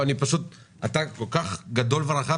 אני רוצה להגיד לך מהניסיון